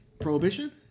Prohibition